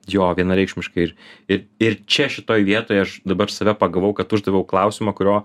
jo vienareikšmiškai ir ir ir čia šitoj vietoj aš dabar save pagavau kad uždaviau klausimą kurio